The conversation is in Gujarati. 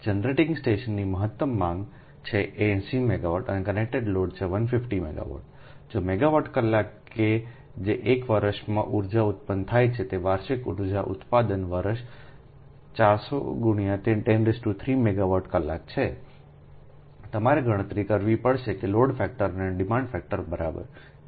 તેથી જનરેટિંગ સ્ટેશનની મહત્તમ માંગ છે 80 મેગાવાટ અને કનેક્ટેડ લોડ 150 મેગાવોટ જો મેગાવાટ કલાક કે જે એક વર્ષમાં ઉર્જા ઉત્પન્ન થાય છે તે વાર્ષિક ઉર્જા ઉત્પાદન વર્ષ 400 103મેગાવાટ કલાક છે તમારે ગણતરી કરવી પડશે લોડ ફેક્ટર અને ડિમાન્ડ ફેક્ટર બરાબર